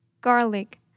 garlic